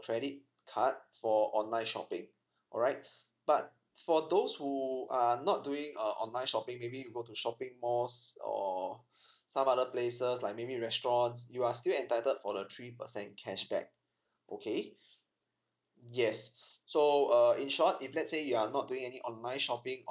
credit card for online shopping alright but for those who are not doing uh online shopping maybe you go to shopping malls or some other places like maybe restaurants you are still entitled for the three percent cashback okay yes so uh in short if let's say you are not doing any online shopping